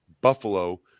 Buffalo